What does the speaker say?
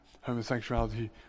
homosexuality